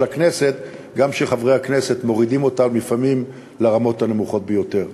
הכנסת גם כשחברי הכנסת מורידים אותה לפעמים לרמות הנמוכות ביותר.